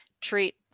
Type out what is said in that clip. treat